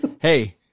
Hey